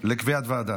לקביעת ועדה.